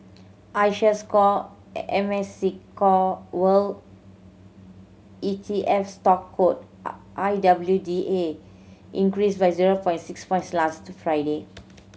iShares Core World E T F stock code I W D A increased by zero point six points last Friday